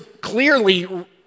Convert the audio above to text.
clearly